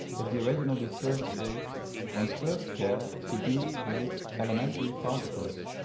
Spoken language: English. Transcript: if the original be first-rate, one's first care should be with its elementary particles,